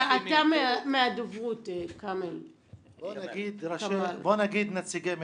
בוא נגיד נציגי מכללות,